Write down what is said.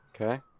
Okay